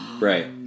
right